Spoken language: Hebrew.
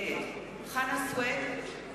נגד חנא סוייד,